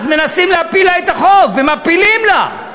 אז מנסים להפיל לה את החוק ומפילים לה.